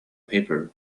paper